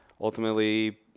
ultimately